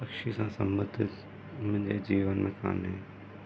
पक्षी सां संबंधित मुंहिंजे जीवन में कोन्हे